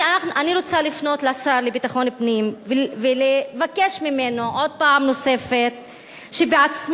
אני רוצה לפנות לשר לביטחון פנים ולבקש ממנו פעם נוספת שבעצמו,